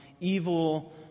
Evil